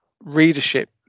readership